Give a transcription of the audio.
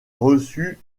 reçu